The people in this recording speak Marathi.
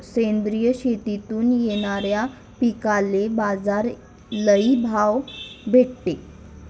सेंद्रिय शेतीतून येनाऱ्या पिकांले बाजार लई भाव भेटते